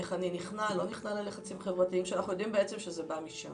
איך אני נכנע או לא נכנע ללחצים חברתיים שאנחנו יודעים שזה בא משם.